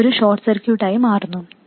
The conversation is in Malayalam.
ഇതും ഒരു ഷോർട്ട് സർക്യൂട്ടായി മാറുന്നു